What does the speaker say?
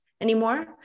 anymore